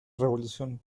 revolución